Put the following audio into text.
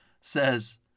says